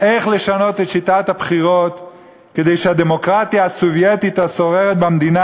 איך לשנות את שיטת הבחירות כדי שהדמוקרטיה הסובייטית השוררת במדינה